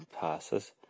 passes